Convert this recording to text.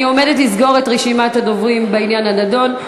אני עומדת לסגור את רשימת הדוברים בעניין הנדון,